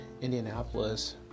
Indianapolis